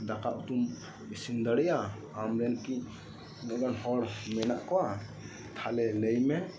ᱫᱟᱠᱟ ᱩᱛᱩᱢ ᱤᱥᱤᱱ ᱫᱟᱲᱮᱭᱟᱜᱼᱟ ᱟᱢ ᱨᱮᱱ ᱠᱤ ᱱᱤᱱᱟᱹᱜ ᱜᱟᱱ ᱦᱚᱲ ᱢᱮᱱᱟᱜ ᱠᱚᱣᱟ ᱛᱟᱦᱚᱞᱮ ᱞᱟᱹᱭ ᱢᱮ